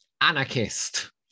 anarchist